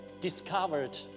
discovered